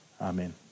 Amen